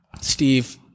Steve